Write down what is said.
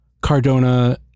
Cardona